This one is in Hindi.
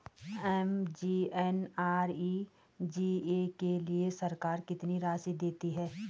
एम.जी.एन.आर.ई.जी.ए के लिए सरकार कितनी राशि देती है?